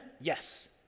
yes